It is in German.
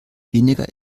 weniger